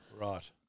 Right